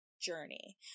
journey